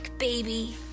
Baby